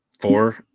four